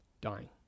dying